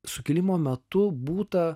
sukilimo metu būta